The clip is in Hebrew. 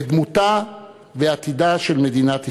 את דמותה ועתידה של מדינת ישראל.